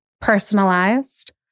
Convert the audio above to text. personalized